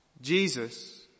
Jesus